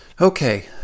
Okay